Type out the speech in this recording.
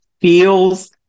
feels